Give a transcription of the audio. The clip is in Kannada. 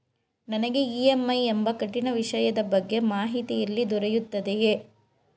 ನನಗೆ ಇ.ಎಂ.ಐ ಎಂಬ ಕಠಿಣ ವಿಷಯದ ಬಗ್ಗೆ ಮಾಹಿತಿ ಎಲ್ಲಿ ದೊರೆಯುತ್ತದೆಯೇ?